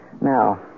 Now